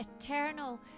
eternal